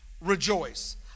rejoice